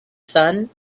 sun